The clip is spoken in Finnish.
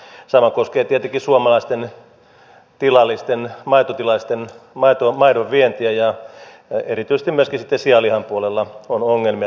sama koskee tietenkin suomalaisten tilallisten maitotilallisten maidonvientiä ja sitten erityisesti myöskin sianlihan puolella on ongelmia tällä hetkellä